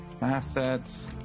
Assets